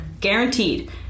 Guaranteed